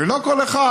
ולא כל אחד,